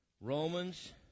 Romans